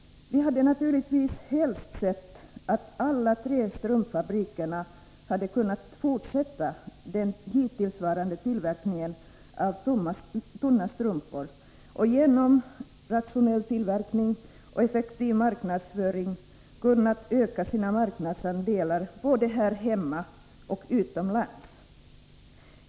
Vi hade naturligtvis helst sett att alla tre strumpfabrikerna hade kunnat fortsätta den hittillsvarande tillverkningen av tunna strumpor och genom rationell tillverkning och effektiv marknadsföring kunnat öka sina marknadsandelar både här hemma och utomlands.